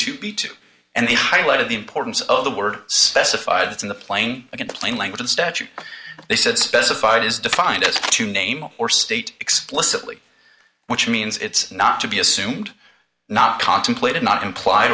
to be two and the highlight of the importance of the word specified in the plain good plain language in statute they said specified is defined as to name or state explicitly which means it's not to be assumed not contemplated not implied